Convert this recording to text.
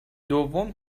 دوم